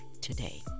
today